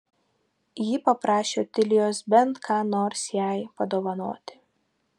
ji paprašė otilijos bent ką nors jai padovanoti